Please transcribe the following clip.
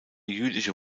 jüdische